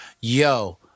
Yo